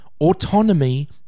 autonomy